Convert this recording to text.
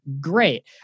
Great